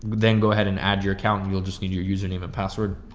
then go ahead and add your account and you'll just need your username and password.